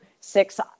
six